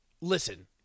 listen